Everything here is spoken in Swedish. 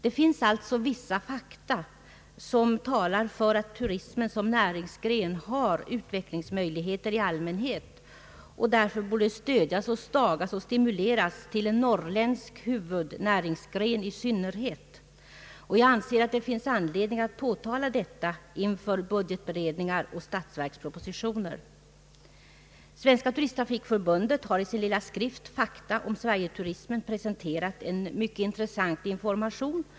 Det finns alltså vissa fakta som talar för att turismen som näringsgren har utvecklingsmöjligheter i allmänhet och därför borde stödjas, stadgas och stimuleras till en norrländsk huvudnäringsgren i synnerhet. Jag anser att det finns anledning att påtala detta inför budgetberedningar och statsverkspropositioner. Svenska turisttrafikförbundet har i sin lilla skrift Fakta om Sverigeturismen presenterat en mycket intressant information.